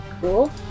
Cool